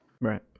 Right